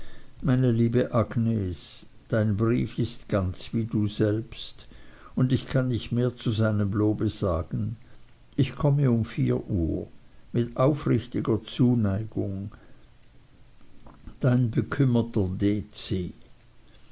meine liebe agnes dein brief ist ganz wie du selbst und ich kann nicht mehr zu seinem lobe sagen ich komme um vier uhr mit aufrichtiger zuneigung dein bekümmerter